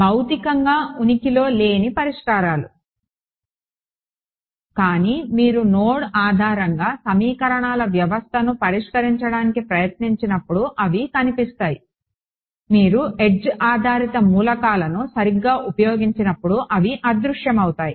భౌతికంగా ఉనికిలో లేని పరిష్కారాలు కానీ మీరు నోడ్ ఆధారంగా సమీకరణాల వ్యవస్థను పరిష్కరించడానికి ప్రయత్నించినప్పుడు అవి కనిపిస్తాయి మీరు ఎడ్జ్ ఆధారిత మూలకాలను సరిగ్గా ఉపయోగించినప్పుడు అవి అదృశ్యమవుతాయి